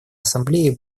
ассамблеи